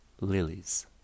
Lilies